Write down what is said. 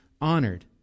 honored